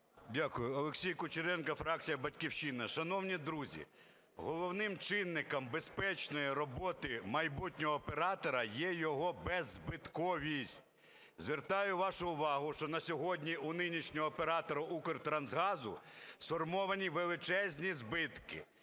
Дякую. Олексій Кучеренко, фракція "Батьківщина". Шановні друзі, головним чинником безпечної роботи майбутнього оператора є його беззбитковість. Звертаю вашу увагу, що на сьогодні у нинішнього оператора "Укртрансгазу" сформовані величезні збитки